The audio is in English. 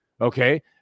okay